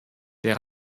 der